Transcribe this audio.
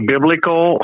Biblical